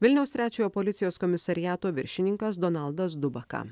vilniaus trečiojo policijos komisariato viršininkas donaldas dubaka